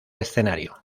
escenario